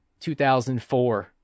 2004